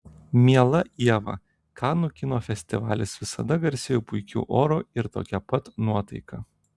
miela ieva kanų kino festivalis visada garsėjo puikiu oru ir tokia pat nuotaika